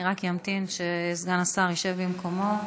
אני רק אמתין שסגן השר ישב במקומו.